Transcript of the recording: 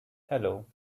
hello